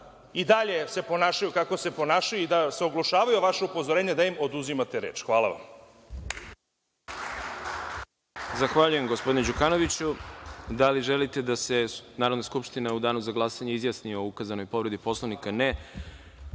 i dalje se ponašaju kako se ponašaju, i da se oglušavaju o vaše upozorenje, da im oduzimate reč. Hvala vam.